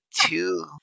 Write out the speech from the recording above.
two